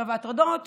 ההטרדות